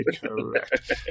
correct